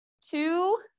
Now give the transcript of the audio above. Two